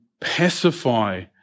pacify